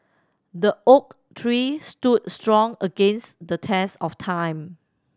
the oak tree stood strong against the test of time